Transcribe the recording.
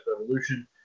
Revolution